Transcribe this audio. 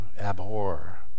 abhor